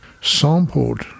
sampled